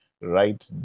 right